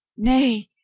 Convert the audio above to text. nay,